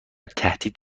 تهدید